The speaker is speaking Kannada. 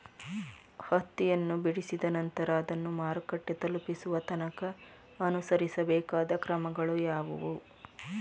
ಹತ್ತಿಯನ್ನು ಬಿಡಿಸಿದ ನಂತರ ಅದನ್ನು ಮಾರುಕಟ್ಟೆ ತಲುಪಿಸುವ ತನಕ ಅನುಸರಿಸಬೇಕಾದ ಕ್ರಮಗಳು ಯಾವುವು?